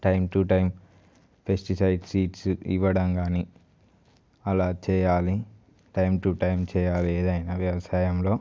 time to time pesticides seeds ఇవ్వడం కానీ అలా చేయాలి టైం టు టైం చేయాలి ఏదైనా వ్యవసాయంలో